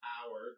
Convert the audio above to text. Hour